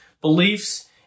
beliefs